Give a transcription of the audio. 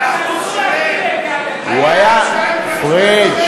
לא, פריג',